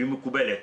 והיא מקובלת.